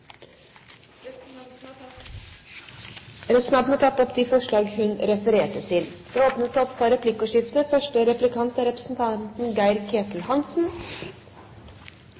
Representanten Kari Kjønaas Kjos har tatt opp de forslag hun refererte til. Det blir replikkordskifte. Jeg vet at representanten